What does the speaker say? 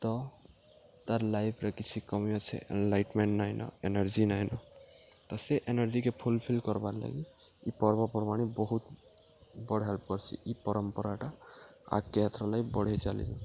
ତ ତାର୍ ଲାଇଫ୍ରେ କିଛି କମି ଅଛେ ଏନ୍ଲାଇଟ୍ମେଣ୍ଟ୍ ନାଇଁନ ଏନର୍ଜି ନାଇଁନ ତ ସେ ଏନର୍ଜିକେ ଫୁଲ୍ଫିଲ୍ କର୍ବାର୍ ଲାଗି ଇ ପର୍ବପର୍ବାଣି ବହୁତ୍ ବଡ଼୍ ହେଲ୍ପ କର୍ସି ଇ ପରମ୍ପରାଟା ଆଗ୍କେ ହେଥରର୍ ଲାଗି ବଢ଼େଇ ଚାଲିଚନ୍